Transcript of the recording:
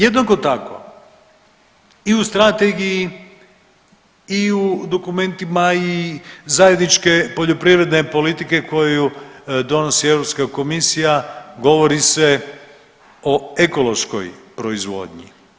Jednako tako i u strategiji i u dokumentima i zajedničke poljoprivredne politike koju donosi Europska komisija govori se o ekološkoj proizvodnji.